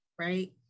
Right